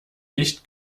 licht